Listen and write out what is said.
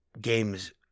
games